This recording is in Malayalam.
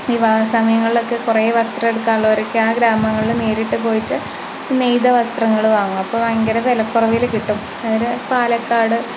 വിവാഹ സമയങ്ങളിലൊക്കെ കുറേ വസ്ത്രം എടുക്കാനുള്ളവരൊക്കെ ആ ഗ്രാമങ്ങളിൽ നേരിട്ട് പോയിട്ട് നെയ്ത വസ്ത്രങ്ങൾ വാങ്ങും അപ്പോൾ ഭയങ്കര വിലക്കുറവിൽ കിട്ടും അന്നേരെ പാലക്കാട്